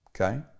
Okay